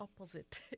opposite